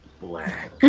Black